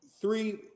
three